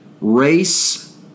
race